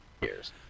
years